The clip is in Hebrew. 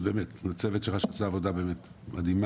באמת לצוות שלך שעשה עבודה באמת מדהימה,